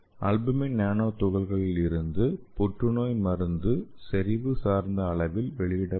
albumin nano துகள்களில் இருந்து புற்றுநோய் மருந்து செறிவு சார்ந்த அளவில் வெளியிடப்படும்